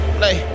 play